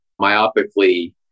myopically